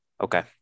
Okay